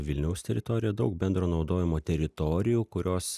vilniaus teritorija daug bendro naudojimo teritorijų kurios